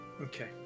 Okay